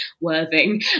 Worthing